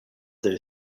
their